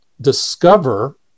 discover